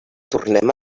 tornem